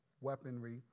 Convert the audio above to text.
weaponry